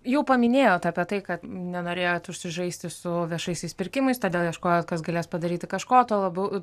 jau paminėjot apie tai kad nenorėjot užsižaisti su viešaisiais pirkimais todėl ieškojot kas galės padaryti kažko tuo labiau